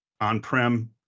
On-prem